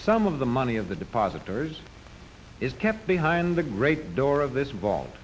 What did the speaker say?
some of the money of the depositors is kept behind the great door of this vault